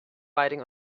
riding